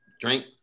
drink